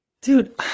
dude